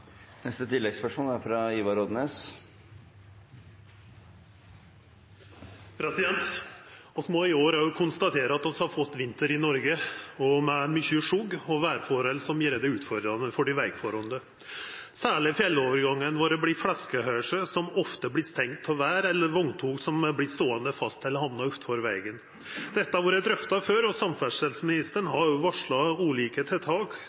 Ivar Odnes – til oppfølgingsspørsmål. Vi må òg i år konstatera at vi har fått vinter i Noreg, med mykje snø og vêrforhold som gjer det utfordrande for dei vegfarande. Særleg fjellovergangane våre vert flaskehalsar som ofte vert stengde av vêr, eller av vogntog som har vorte ståande fast eller har hamna utanfor vegen. Dette har vore drøfta før, og samferdselsministeren har varsla ulike tiltak